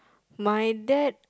my dad